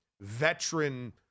veteran